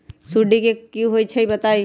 सुडी क होई छई बताई?